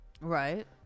Right